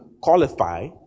qualify